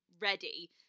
ready